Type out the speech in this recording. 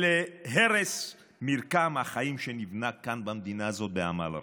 ולהרס מרקם החיים שנבנה כאן במדינה הזאת בעמל רב.